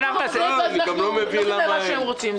תגיע עת שאנחנו נעשה --- הם לא יכולים לעשות מה שהם רוצים,